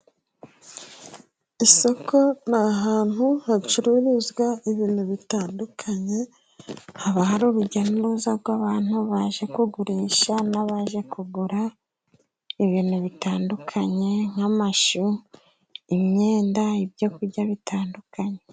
Isoko ni ahantu hacururizwa ibintu bitandukanye, haba hari urujya n'uruza rw'abantu baje kugurisha n'abaje kugura ibintu bitandukanye, nk'amashu, imyenda, ibyo kurya bitandukanye.